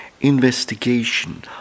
investigation